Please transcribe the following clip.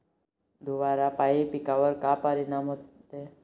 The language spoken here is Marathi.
धुवारापाई पिकावर का परीनाम होते?